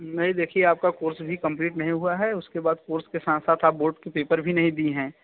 नहीं देखिए आपका कोर्स भी कंप्लीट नहीं हुआ है उसके बाद कोर्स के साथ साथ आप बोर्ड के पेपर भी नहीं दी हैं